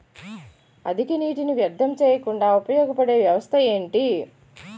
అధిక నీటినీ వ్యర్థం చేయకుండా ఉపయోగ పడే వ్యవస్థ ఏంటి